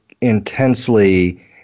intensely